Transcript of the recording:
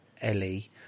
Ellie